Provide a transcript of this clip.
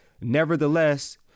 nevertheless